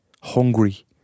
hungry